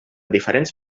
diferents